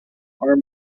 are